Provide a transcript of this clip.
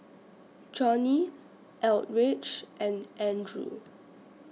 Johnnie Eldridge and Andrew